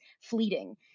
fleeting